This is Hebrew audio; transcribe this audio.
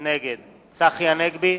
נגד צחי הנגבי,